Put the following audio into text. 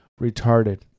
retarded